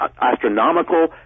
astronomical